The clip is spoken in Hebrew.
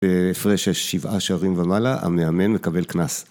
בהפרש של שבעה שערים ומעלה, המאמן מקבל קנס.